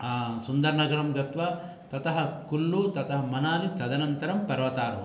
सुन्दरनगरं गत्वा ततः कुल्लू ततः मनाली तदनन्तरं पर्वतारोहणं